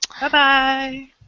Bye-bye